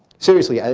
seriously,